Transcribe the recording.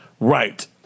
Right